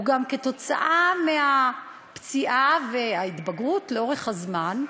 גם כתוצאה מהפציעה וההתבגרות לאורך הזמן,